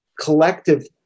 collective